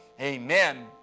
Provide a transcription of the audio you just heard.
amen